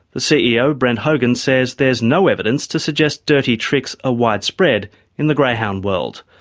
the ceo brent hogan says there's no evidence to suggest dirty tricks are widespread in the greyhound world.